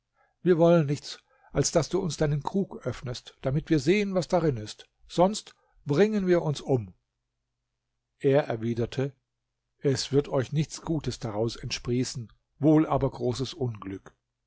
wir wollen nichts als daß du uns deinen krug öffnest damit wir sehen was darin ist sonst bringen wir uns um er erwiderte es wird euch nichts gutes daraus entsprießen wohl aber großes unglück